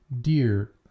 dear